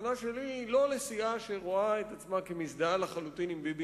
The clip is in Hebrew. הכוונה שלי היא לא לסיעה שרואה את עצמה כמזדהה לחלוטין עם ביבי